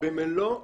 במלוא החומרה.